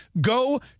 Go